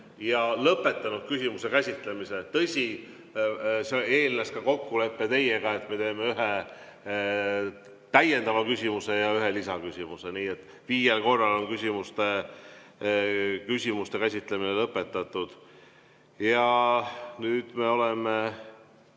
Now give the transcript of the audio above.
ja lõpetanud küsimuse käsitlemise. Tõsi, see eeldas ka kokkulepet teiega, et me teeme ühe täiendava küsimuse ja ühe lisaküsimuse. Viiel korral on küsimuste käsitlemine lõpetatud. Ja nüüd me oleme